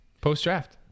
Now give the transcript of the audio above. post-draft